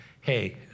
hey